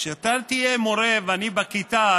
כשאתה תהיה מורה ואני בכיתה,